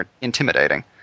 intimidating